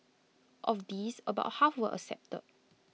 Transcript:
of these about half were accepted